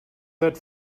that